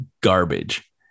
garbage